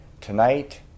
Tonight